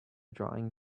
drawing